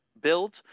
build